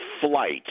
flight